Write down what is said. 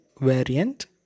variant